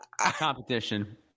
competition